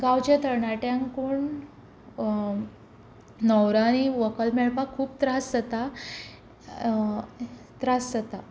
गांवचे तरणाट्यांक कोण न्हवरो आनी व्हंकल मेळपाक खूब त्रास जाता त्रास जाता